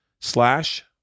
slash